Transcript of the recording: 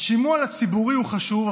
אז שימוע ציבורי הוא חשוב,